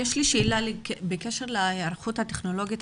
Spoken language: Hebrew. בקשר להיערכות הטכנולוגית,